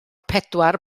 pedwar